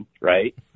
right